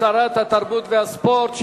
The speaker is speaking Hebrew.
לשרת התרבות והספורט.